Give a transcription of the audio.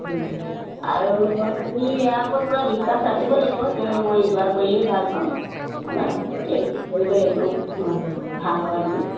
আৰু আপুনি ইয়াৰ ওপৰত পূৰা বিশ্বাস ৰাখিব লাগিব যে মই য়োগা কৰিলেই ভাল পাম বা এইটো কৰিলে এইটো অঁ ভাল হয় বুলি